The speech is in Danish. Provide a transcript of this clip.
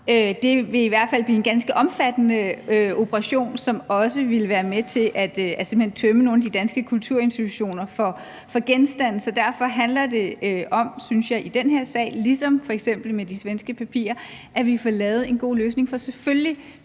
har, vil i hvert fald blive en ganske omfattende operation, som også ville være med til simpelt hen at tømme nogle af de danske kulturinstitutioner for genstande. Derfor synes jeg, at det i den her sag handler om, ligesom det f.eks. var tilfældet med de svenske papirer, at vi får lavet en god løsning. For selvfølgelig